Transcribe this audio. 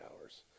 hours